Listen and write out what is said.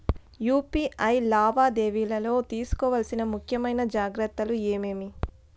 UPI లావాదేవీలలో తీసుకోవాల్సిన ముఖ్యమైన జాగ్రత్తలు ఏమేమీ?